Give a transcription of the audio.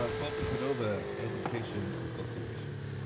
ah folsom cordova education association.